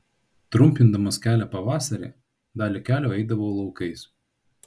trumpindamas kelią pavasarį dalį kelio eidavau laukais